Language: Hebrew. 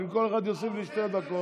אם כל אחד יוסיף לי שתי דקות,